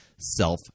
Self